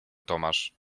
tomasz